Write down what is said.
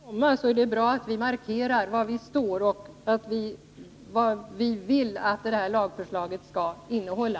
Herr talman! Nej, men med tanke på det lagförslag som skall komma är det bra att vi markerar var vi står och vad vi vill att lagförslaget skall innehålla.